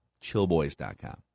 chillboys.com